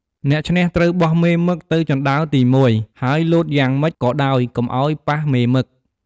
អ្នកឈ្នះត្រូវបោះមេមឹកទៅជណ្តើរទី១ហើយលោតយ៉ាងមិចក៏ដោយកុំឲ្យប៉ះមេមឹក។